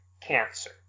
cancer